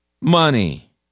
money